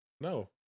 No